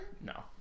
No